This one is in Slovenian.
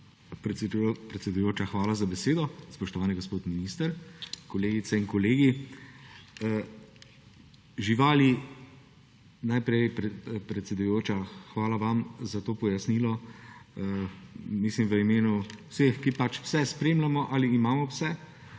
Predsedujoča, hvala za besedo. Spoštovani gospod minister, kolegice in kolegi! Najprej, predsedujoča, hvala vam za to pojasnilo. Mislim, da v imenu vseh, ki pse spremljamo ali imamo pse.